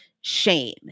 shame